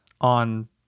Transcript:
on